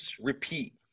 repeat